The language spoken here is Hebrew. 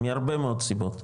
מהרבה מאוד סיבות,